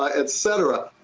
ah et cetera.